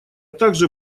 также